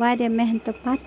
واریاہ محنتہٕ پَتہٕ